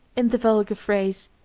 in the vulgar phrase,